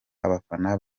abafana